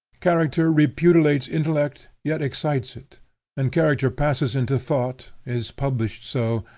character repudiates intellect, yet excites it and character passes into thought, is published so,